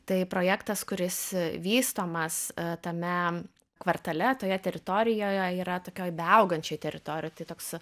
tai projektas kuris vystomas tame kvartale toje teritorijoje yra tokioj beaugančioj teritorijoj tai toks